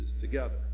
together